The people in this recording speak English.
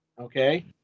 Okay